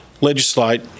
legislate